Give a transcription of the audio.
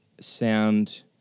sound